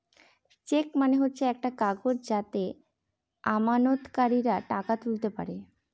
check মানে হচ্ছে একটা কাগজ যাতে আমানতকারীরা টাকা তুলতে পারে